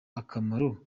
akamaro